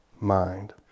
mind